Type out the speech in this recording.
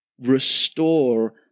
Restore